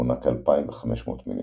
מונה כ-2500 מינים.